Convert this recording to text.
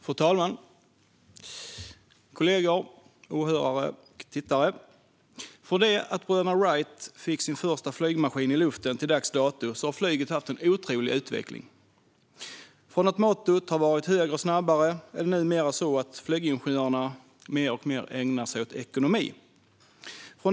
Fru talman, kollegor, åhörare och tittare! Från det att bröderna Wright fick sin första flygmaskin i luften tills dags dato har flyget haft en otrolig utveckling. Man har gått ifrån det gamla mottot "högre och snabbare" till att flygingenjörerna numera alltmer ägnar sig åt ekonomi.